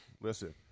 listen